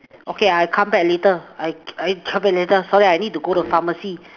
okay I come back later I I come back later sorry I need to go to pharmacy